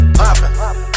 poppin